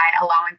allowing